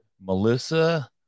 Melissa